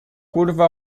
curva